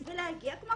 כלומר,